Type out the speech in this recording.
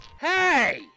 Hey